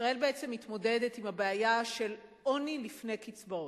ישראל בעצם מתמודדת עם הבעיה של עוני לפני קצבאות.